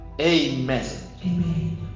Amen